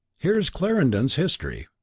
here is clarendon's history.